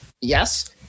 Yes